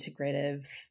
integrative